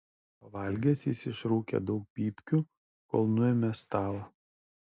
pavalgęs jis išrūkė daug pypkių kol nuėmė stalą